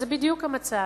אז זה בדיוק המצב.